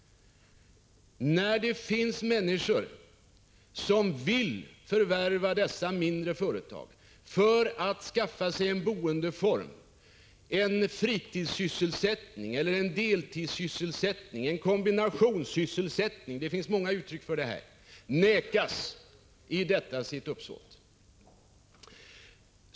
Människor som vill förvärva mindre jordbruk för att skaffa sig en boendeform, en fritidssysselsättning eller en deltidssysselsättning, en kombinationssysselsättning — det finns många ord för det här — nekas i detta sitt uppsåt.